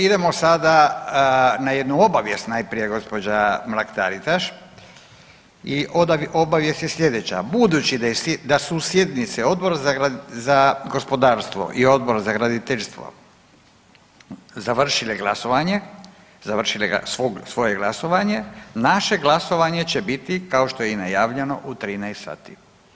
Idemo sada na jednu obavijest, najprije gospođa Mrak Taritaš i obavijest je sljedeća, budući da su sjednice Odbora za gospodarstvo i Odbora za graditeljstvo završile glasovanje završile svoje glasovanje naše glasovanje će biti kao što je i najavljeno u 13.00 sati.